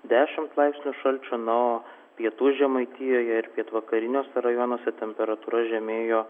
dešimt laipsnių šalčio na o pietų žemaitijoje ir pietvakariniuose rajonuose temperatūra žemėjo